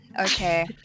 Okay